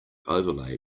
overlay